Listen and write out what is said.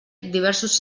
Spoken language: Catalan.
diversos